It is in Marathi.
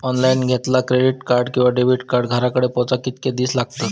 ऑनलाइन घेतला क्रेडिट कार्ड किंवा डेबिट कार्ड घराकडे पोचाक कितके दिस लागतत?